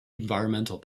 environmental